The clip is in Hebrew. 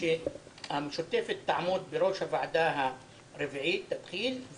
המשותפת תעמוד בראש הוועדה הרביעית, תתחיל.